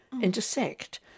intersect